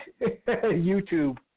YouTube